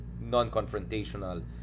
non-confrontational